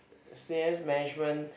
senior management